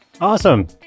Awesome